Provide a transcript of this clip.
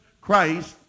Christ